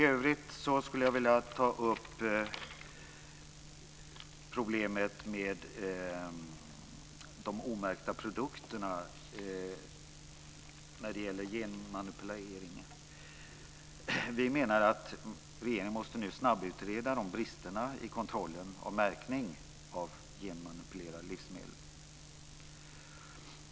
Jag skulle också vilja ta upp problemet med omärkta genmanipulerade produkter. Vi menar att regeringen nu måste snabbutreda bristerna i kontrollen av märkningen av genmanipulerade livsmedel.